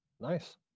Nice